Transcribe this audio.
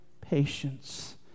patience